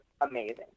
amazing